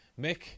Mick